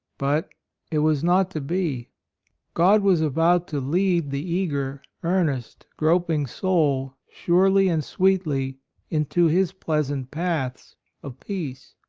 but it was not to be god was about to lead the eager, earnest, groping soul surely and sweetly into his pleasant paths of peace.